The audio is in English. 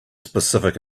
specific